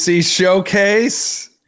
showcase